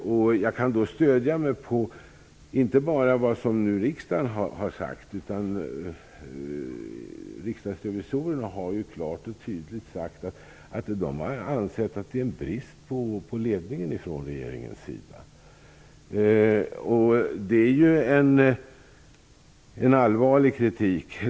Jag kan stödja mig inte bara på vad riksdagen har sagt utan också på detta att riksdagsrevisorerna klart och tydligt har sagt att de anser att det är en brist på ledning från regeringens sida. Det är en allvarlig kritik.